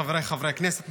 חבריי חברי הכנסת,